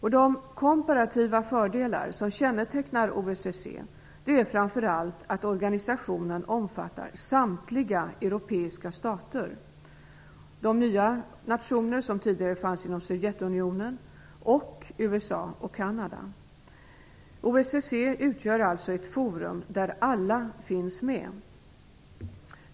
De komparativa fördelar som kännetecknar OSSE är framför allt att organisationen omfattar samtliga europeiska stater, de nya nationer som tidigare fanns inom Sovjetunionen samt USA och Kanada. OSSE utgör alltså ett forum där alla finns med.